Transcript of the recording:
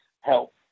help